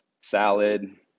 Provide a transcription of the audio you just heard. salad